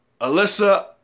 Alyssa